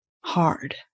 hard